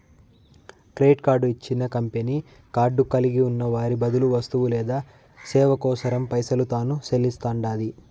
credit card ఇచ్చిన company card కలిగున్న వారి బదులు వస్తువు లేదా సేవ కోసరం పైసలు తాను సెల్లిస్తండాది